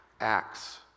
Acts